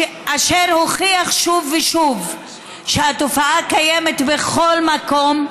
והוכיח שוב ושוב שהתופעה קיימת בכל מקום.